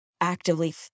actively